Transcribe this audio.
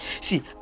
see